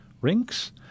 rinks